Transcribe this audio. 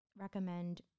Recommend